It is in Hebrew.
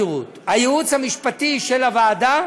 הייעוץ המשפטי של הוועדה